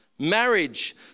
Marriage